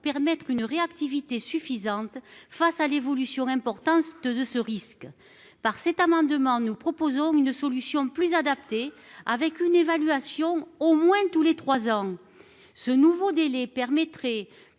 permettre une réactivité suffisante face à la forte évolution de ce risque. Nous proposons une solution plus adaptée, avec une évaluation au moins tous les trois ans. Ce nouveau délai permettrait,